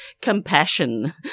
compassion